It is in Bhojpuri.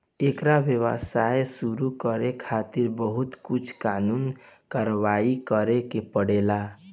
एकर व्यवसाय शुरू करे खातिर बहुत कुल कानूनी कारवाही करे के पड़ेला